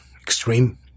extreme